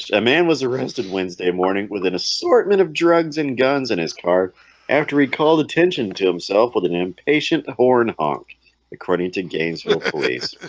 man was arrested wednesday morning with an assortment of drugs and guns in his cart after he called attention to himself with an impatient horn honk according to gainesville police